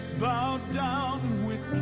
bowed down with